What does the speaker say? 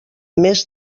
més